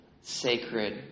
sacred